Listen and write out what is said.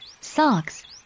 socks